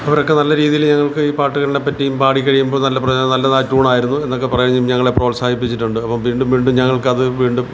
അവരക്കെ നല്ല രീതീൽ ഞങ്ങൾക്ക് ഈ പാട്ടുകൾനെപ്പറ്റിയും പാടിക്കഴിയുമ്പോൾ നല്ല പ്രചോദനം നല്ലതാ ടൂണായിരുന്നു എന്നൊക്കെ പറഞ്ഞ് ഞങ്ങളെ പ്രോത്സാഹിപ്പിച്ചിട്ടുണ്ട് അപ്പം വീണ്ടും വീണ്ടും ഞങ്ങൾക്കത് വീണ്ടും